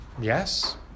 Yes